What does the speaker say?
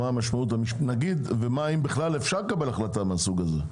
אם אפשר לקבל החלטה מהסוג הזה,